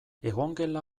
egongela